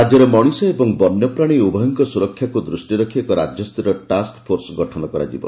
ରାକ୍ୟରେ ମଣିଷ ଏବଂ ବନ୍ୟପ୍ରାଶୀ ଉଭୟଙ୍ଙ ସୁରକ୍ଷାକୁ ଦୂଷିରେ ରଖି ଏକ ରାକ୍ୟସ୍ତରୀୟ ଟାସ୍କଫୋର୍ସ ଗଠନ କରାଯିବ